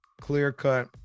clear-cut